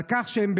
על כך שהם,